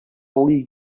ull